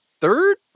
third